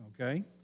okay